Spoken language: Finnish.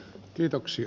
kiitoksia